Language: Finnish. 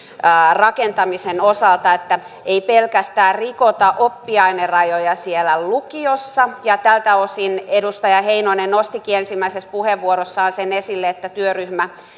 rakentamisen osalta että ei pelkästään rikota oppiainerajoja siellä lukiossa tältä osin edustaja heinonen nostikin ensimmäisessä puheenvuorossaan sen esille että työryhmä